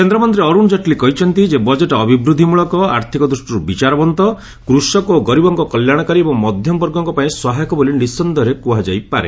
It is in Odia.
କେନ୍ଦ୍ରମନ୍ତ୍ରୀ ଅରୁଣ ଜେଟ୍ଲି କହିଛନ୍ତି ଯେ ବଜେଟ୍ ଅଭିବୃଦ୍ଧିମୂଳକ ଆର୍ଥିକ ଦୂଷ୍ଟିରୁ ବିଚାରବନ୍ତ କୃଷକ ଓ ଗରିବଙ୍କ କଲ୍ୟାଣକାରୀ ଏବଂ ମଧ୍ୟମବର୍ଗଙ୍କ ପାଇଁ ସହାୟକ ବୋଲି ନିଃସନ୍ଦେହରେ କୁହାଯାଇପାରେ